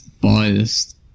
Biased